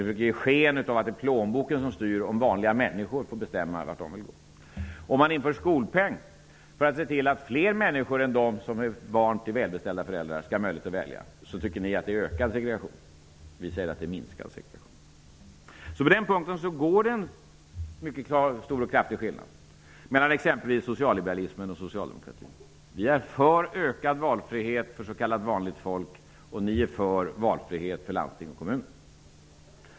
Ni försöker ge sken av att det är plånboken som styr, om vanliga människor får bestämma vart de vill gå. Om man inför skolpeng för att se till att fler människor än de som är barn till välbeställda föräldrar skall ha möjlighet att välja tycker ni att det ökar segregationen. Vi säger att det minskar segregationen. På den punkten finns det alltså en mycket klar skillnad mellan exempelvis socialliberalismen och socialdemokratin. Vi är för ökad valfrihet för s.k. vanligt folk. Ni är för valfrihet för landstingen och kommunerna.